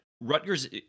Rutgers